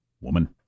woman